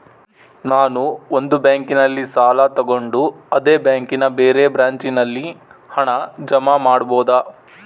ನಾನು ಒಂದು ಬ್ಯಾಂಕಿನಲ್ಲಿ ಸಾಲ ತಗೊಂಡು ಅದೇ ಬ್ಯಾಂಕಿನ ಬೇರೆ ಬ್ರಾಂಚಿನಲ್ಲಿ ಹಣ ಜಮಾ ಮಾಡಬೋದ?